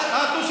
מגילת העצמאות,